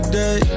day